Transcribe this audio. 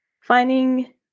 finding